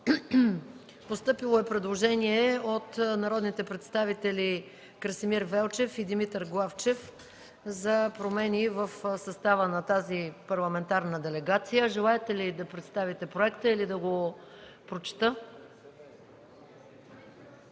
Постъпило е предложение от народните представители Красимир Велчев и Димитър Главчев за промени в състава на тази парламентарна делегация. Желаете ли да представите проекта или да го прочета?